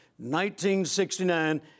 1969